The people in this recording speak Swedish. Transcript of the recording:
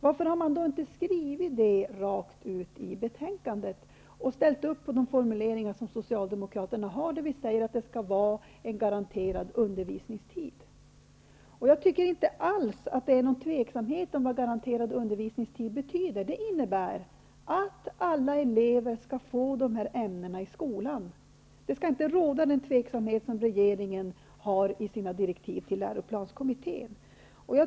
Varför har man inte rakt ut skrivit så i betänkandet och ställt upp på Socialdemokraternas formuleringar, dvs. att det skall finnas en garanterad undervisningstid? Jag tycker inte att det råder några tvivel om vad garanterad undervisningstid betyder. Det innebär att alla elever skall få bli undervisade i dessa ämnen i skolan. Det skall inte råda några tvivel om saken, såsom regeringen har formulerat det hela i direktiven till läroplanskommittén.